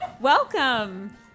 Welcome